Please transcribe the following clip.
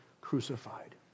crucified